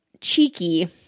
cheeky